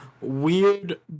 weird